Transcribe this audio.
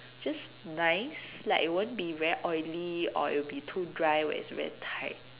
just nice like it won't be very oily or it'll be too dry where it's very tight